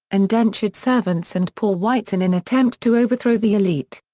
indentured servants and poor whites in an attempt to overthrow the elite.